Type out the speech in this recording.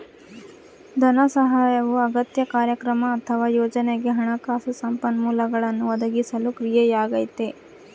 ಧನಸಹಾಯವು ಅಗತ್ಯ ಕಾರ್ಯಕ್ರಮ ಅಥವಾ ಯೋಜನೆಗೆ ಹಣಕಾಸು ಸಂಪನ್ಮೂಲಗಳನ್ನು ಒದಗಿಸುವ ಕ್ರಿಯೆಯಾಗೈತೆ